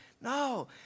No